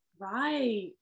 Right